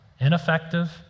Ineffective